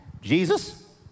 Jesus